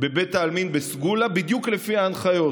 בבית העלמין בסגולה בדיוק לפי ההנחיות,